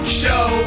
show